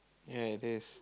ya it is